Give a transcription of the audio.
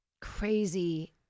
Crazy